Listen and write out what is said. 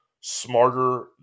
smarter